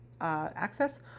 access